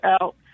out